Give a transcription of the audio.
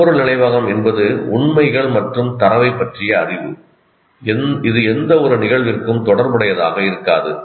சொற்பொருள் நினைவகம் என்பது உண்மைகள் மற்றும் தரவைப் பற்றிய அறிவு இது எந்தவொரு நிகழ்விற்கும் தொடர்புடையதாக இருக்காது